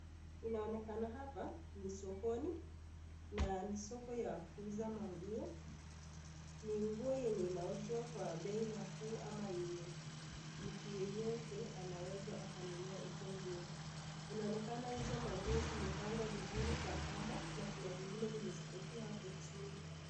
Inaonekana hapa ni sokoni na ni soko ya kuuza manguo. Ni nguo yenye inauzwa kwa bei nafuu ama yenye mtu yeyote anaweza akanunua hizo nguo. Inaonekana hizo manguo zimepangwa vizuri kwa kamba na kuna zingine zenye ziko tu hapo chini.